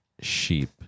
sheep